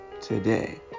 today